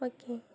okay